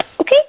Okay